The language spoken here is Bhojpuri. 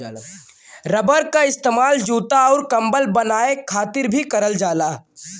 रबर क इस्तेमाल जूता आउर कम्बल बनाये खातिर भी करल जाला